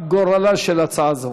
גורלה של הצעה זו.